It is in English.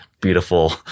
beautiful